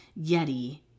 yeti